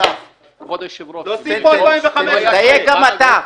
אסף --- להוסיף פה 2015. דייק גם אתה.